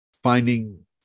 finding